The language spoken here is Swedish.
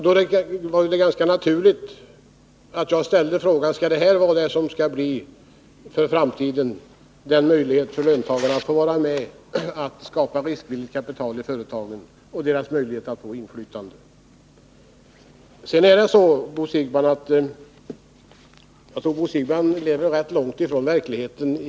Då var det ju ganska naturligt att jag ställde frågan: Skall detta bli den möjlighet löntagarna i framtiden skall ha för att vara med om att skapa riskvilligt kapital i företagen och deras möjlighet att få inflytande? Sedan tror jag att Bo Siegbahn egentligen lever rätt långt från verkligheten.